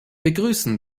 begrüßen